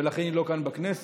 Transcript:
ולכן היא לא כאן בכנסת.